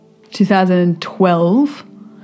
2012